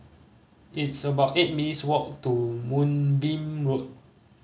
it's about eight minutes' walk to Moonbeam Road